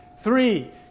three